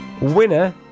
winner